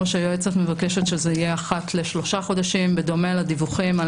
היועצת מבקשת שזה יהיה אחת ל-3 חודשים בדומה לדיווחים על